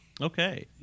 Okay